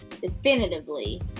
definitively